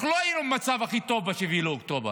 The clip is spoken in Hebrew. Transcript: אנחנו לא היינו במצב הכי טוב ב-7 באוקטובר.